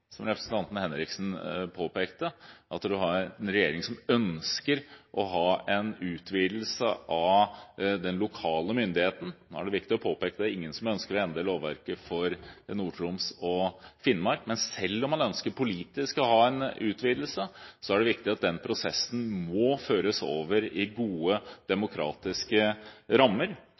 som representanten Henriksen påpekte, en har en regjering som ønsker å ha en utvidelse av den lokale myndigheten, en politisk utvidelse – nå er det viktig å påpeke at det er ingen som ønsker å endre lovverket for Nord-Troms og Finnmark – er det viktig at prosessen må føres over i gode, demokratiske rammer.